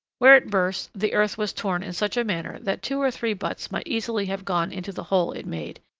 where it burst the earth was torn in such a manner that two or three butts might easily have gone into the hole it made,